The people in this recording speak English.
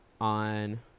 on